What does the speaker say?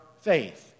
faith